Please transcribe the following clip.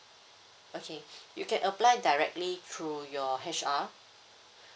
okay you can apply directly through your H_R